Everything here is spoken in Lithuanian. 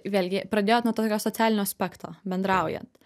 vėlgi pradėjot nuo tokio socialinio aspekto bendraujant